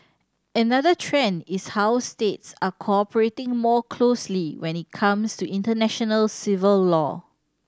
another trend is how states are cooperating more closely when it comes to international civil law